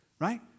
right